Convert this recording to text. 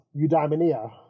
eudaimonia